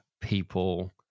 people